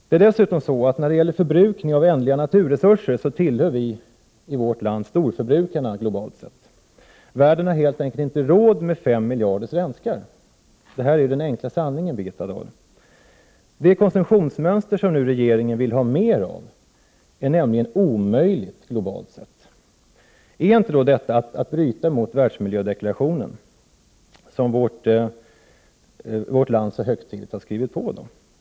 Det är dessutom så att när det gäller förbrukning av ändliga naturresurser tillhör vi i vårt land storförbrukarna globalt sett. Världen har helt enkelt inte råd med 5 miljarder svenskar — det är den enkla sanningen, Birgitta Dahl. Det konsumtionsmönster som regeringen nu vill ha mer av är nämligen omöjligt globalt sett. Är inte detta att bryta mot världsmiljödeklarationen, som vårt land så högtidligt har skrivit under?